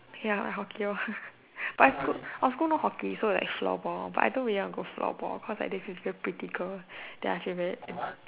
ya like hockey hor but but our school no hockey like floor ball but I don't really want to go floor ball because there was this thin very pretty girl then I feel very